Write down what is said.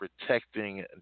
protecting